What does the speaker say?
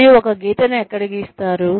మరియు ఒక గీతను ఎక్కడ గీస్తారు